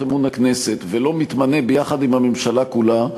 אמון הכנסת ולא מתמנה יחד עם הממשלה כולה,